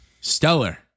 Stellar